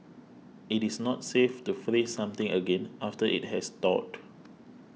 it is not safe to freeze something again after it has thawed